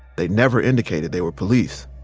they never indicated they were police.